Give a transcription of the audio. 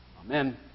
Amen